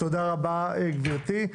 תודה רבה, גברתי.